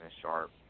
sharp